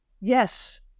Yes